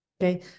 Okay